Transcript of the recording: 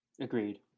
agreed